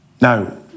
Now